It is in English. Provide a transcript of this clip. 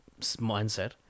mindset